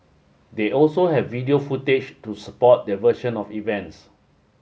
they also have video footage to support their version of events